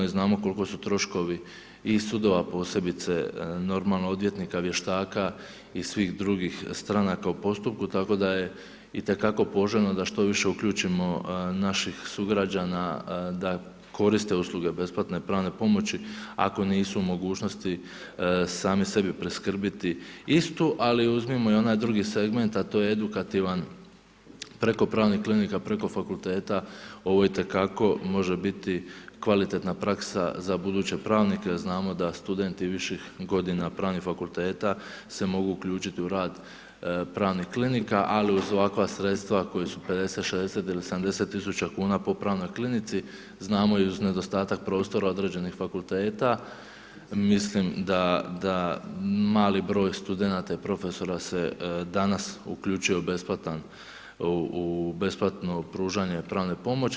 I znamo koliko su troškovi i sudova posebice normalo odvjetnika, vještaka i svih drugih stranaka u postupku tako da je itekako poželjno da što više uključimo naših sugrađana da koriste usluge besplatne pravne pomoći ako nisu u mogućnosti sami sebi priskrbiti istu ali uzmimo i onaj drugi segment a to je edukativan, preko pravnih klinika, preko fakulteta ovo itekako može biti kvalitetna praksa za buduće pravnike jer znamo da studenti viših godina pravnih fakulteta se mogu uključiti u rad pravnih klinika ali uz ovakva sredstva koji su 50, 60 ili 70 tisuća kuna po pravnoj klinici znamo i uz nedostatak prostora određenih fakulteta mislim da mali broj studenata i profesora se danas uključuje u besplatno pružanje pravne pomoći.